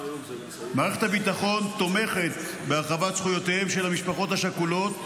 מערכת הביטחון תומכת בהרחבת זכויותיהן של המשפחות השכולות,